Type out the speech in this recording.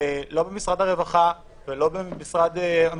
לא במשרד הרווחה ולא במשרד המשפטים.